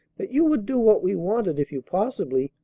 that you would do what we wanted if you possibly,